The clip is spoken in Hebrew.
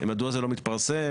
מדוע זה לא מתפרסם?